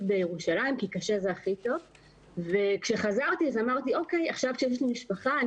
בירושלים כי קשה זה הכי טוב וכשחזרתי אז אמרתי שעכשיו כשיש לי משפחה,